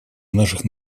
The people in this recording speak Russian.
наших